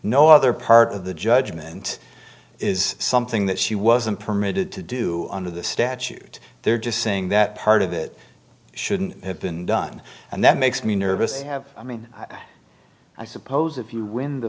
no other part of the judgment is something that she wasn't permitted to do under the statute they're just saying that part of it shouldn't have been done and that makes me nervous you have i mean i suppose if you win the